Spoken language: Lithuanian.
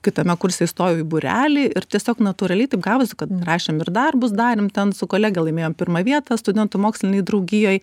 kitame kurse įstojau į būrelį ir tiesiog natūraliai taip gavosi kad rašėm ir darbus darėm ten su kolege laimėjom pirmą vietą studentų mokslinėj draugijoj